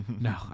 No